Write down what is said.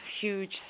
huge